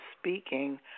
speaking